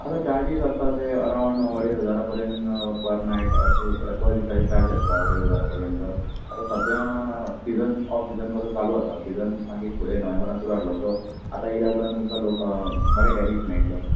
आतां चार्जीस आसा ते अराऊंड अडीज हजारा पर्यंत पर नाईट पर दिसाचे चार्जीस आसता अडेज हजारा पर्यंत आता सद्द्या सिजन ओफ सिजन कसो चालू आसा सिजन मागीर नोव्हेंबरान चालू जातलो सो आता येयल्या उपरांत तुमकां बरें टेरिफ मेळटले